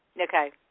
Okay